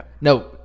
No